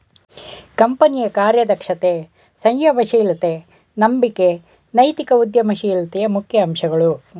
ಕಂಪನಿಯ ಕಾರ್ಯದಕ್ಷತೆ, ಸಂಯಮ ಶೀಲತೆ, ನಂಬಿಕೆ ನೈತಿಕ ಉದ್ಯಮ ಶೀಲತೆಯ ಮುಖ್ಯ ಅಂಶಗಳು